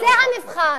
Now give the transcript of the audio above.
זה המבחן,